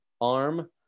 arm